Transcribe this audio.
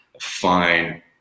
fine